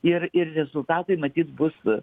ir ir rezultatai matyt bus